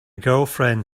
girlfriend